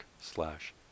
slash